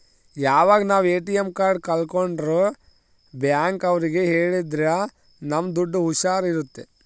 ಇವಾಗ ನಾವ್ ATM card ಕಲ್ಕೊಂಡ್ರೆ ಬ್ಯಾಂಕ್ ಅವ್ರಿಗೆ ಹೇಳಿದ್ರ ನಮ್ ದುಡ್ಡು ಹುಷಾರ್ ಇರುತ್ತೆ